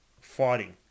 fighting